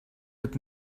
wird